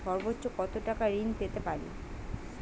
সর্বোচ্চ কত টাকা ঋণ পেতে পারি?